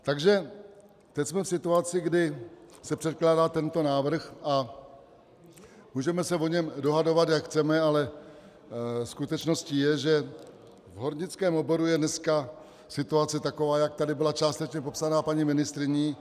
Takže jsme v situaci, kdy se předkládá tento návrh, a můžeme se o něm dohadovat, jak chceme, ale skutečností je, že v hornickém oboru je dneska situace taková, jak tady byla částečně popsaná paní ministryní.